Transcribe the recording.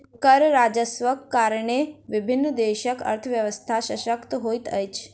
कर राजस्वक कारणेँ विभिन्न देशक अर्थव्यवस्था शशक्त होइत अछि